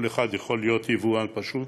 כל אחד יכול להיות יבואן פשוט.